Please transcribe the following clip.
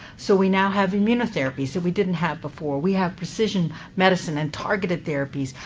so we now have immunotherapies that we didn't have before. we have precision medicine and targeted therapies.